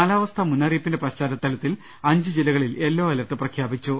കാലാവസ്ഥാ മുന്നറിയിപ്പിന്റെ പശ്ചാത്തലത്തിൽ അഞ്ച് ജില്ലകളിൽ യെല്ലോ അലർട്ട് പ്രഖ്യാപിച്ചു